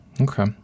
Okay